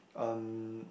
um